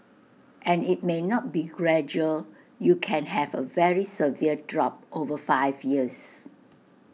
and IT may not be gradual you can have A very severe drop over five years